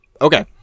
Okay